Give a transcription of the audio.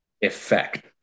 effect